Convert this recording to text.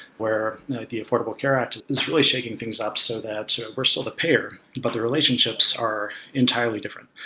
where the affordable care act is really shaking things up so that's we're still the payer, but the relationships are entirely different.